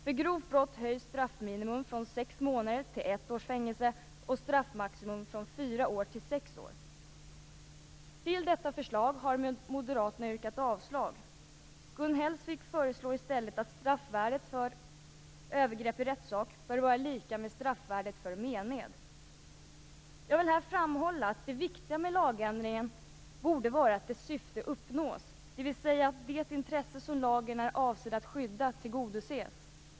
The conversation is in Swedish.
För grovt brott höjs straffminimum från sex månaders till ett års fängelse och straffmaximum från fyra år till sex år. Till detta förslag har moderaterna yrkat avslag. Gun Hellsvik föreslår i stället att straffvärdet för övergrepp i rättssak bör vara lika med straffvärdet för mened. Jag vill här framhålla att det viktiga med lagändringen borde vara att dess syfte uppnås, dvs. att det intresse som lagen är avsedd att skydda tillgodoses.